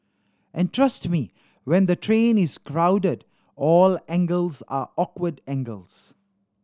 and trust me when the train is crowded all angles are awkward angles